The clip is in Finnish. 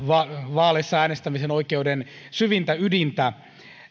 vaaleissa äänestämisen oikeuden syvintä ydintä